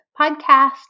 podcast